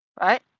right